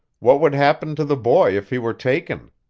what would happen to the boy if he were taken?